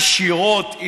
עשירות,